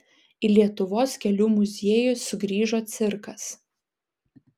į lietuvos kelių muziejų sugrįžo cirkas